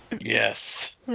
Yes